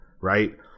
right